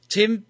Tim